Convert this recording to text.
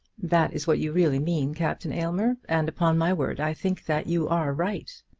that is what you really mean, captain aylmer and upon my word i think that you are right.